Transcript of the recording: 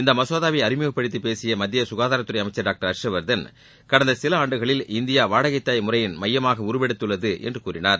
இந்த மசோதாவை அறிமுகப்படுத்தி பேசிய மத்திய சுகாதாரத்துறை அமைச்சர் டாக்டர் ஹர்ஷ்வர்தன் கடந்த சில ஆண்டுகளில் இந்தியா வாடகைத்தாய் முறையின் மையமாக உருவெடுத்துள்ளது என்று கூறினார்